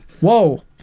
Whoa